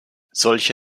solche